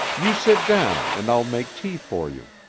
you sit down and i'll make tea for you.